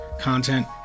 content